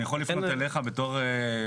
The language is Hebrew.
אני יכול לפנות אליך בתור רגולציה?